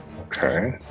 Okay